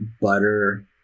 butter